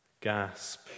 gasp